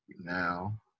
now